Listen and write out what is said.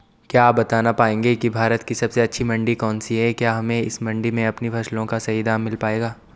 क्या आप बताना पाएंगे कि भारत की सबसे अच्छी मंडी कौन सी है क्या हमें इस मंडी में अपनी फसलों का सही दाम मिल पायेगा?